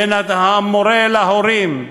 בין המורה להורים.